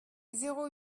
zéro